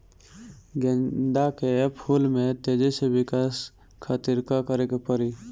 गेंदा के फूल में तेजी से विकास खातिर का करे के पड़ी?